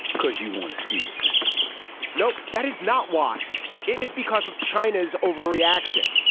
because you want to tweet a sentence no that is not why it is because of china's overreaction.